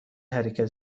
حرکت